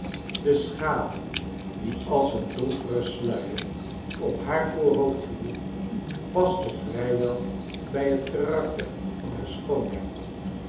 de schaduw die als een donkere sluier op haar voorhoofd viel paste vrijwel bij het karakter van haar schoonheid